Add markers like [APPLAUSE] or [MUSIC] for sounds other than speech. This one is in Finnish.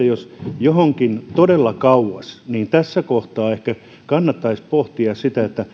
[UNINTELLIGIBLE] jos johonkin todella kauas rakennetaan niin tässä kohtaa ehkä kannattaisi pohtia sitä